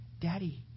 Daddy